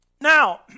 Now